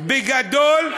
ובגדול,